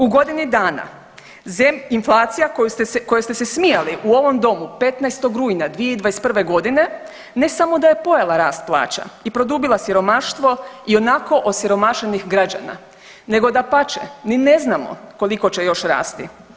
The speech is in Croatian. U godini dana .../nerazumljivo/... inflacija kojoj ste se smijali u ovom Domu 15. rujna 2021. g. ne samo da je pojela rast plaća i produbila siromaštvo ionako osiromašenih građana, nego dapače, ni ne znamo koliko će još rasti.